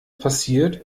passiert